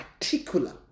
particular